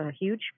huge